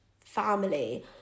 family